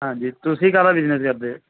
ਹਾਂਜੀ ਤੁਸੀਂ ਕਾਹਦਾ ਬਿਜ਼ਨਸ ਕਰਦੇ